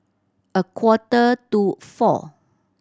a quarter to four